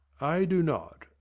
i do not.